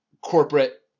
corporate